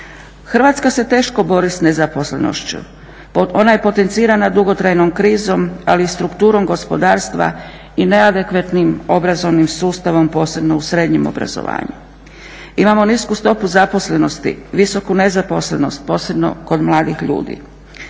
Hrvatska se teško bori s nezaposlenošću. Ona je potencirana dugotrajnom krizom, ali i strukturom gospodarstva i neadekvatnim obrazovnim sustavom, posebno u srednjem obrazovanju. Imamo nisku stopu zaposlenosti, visoku nezaposlenost, posebno kod mladih ljudi.